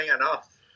enough